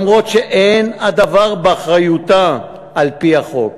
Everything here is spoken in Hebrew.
אף שאין הדבר באחריותה על-פי החוק.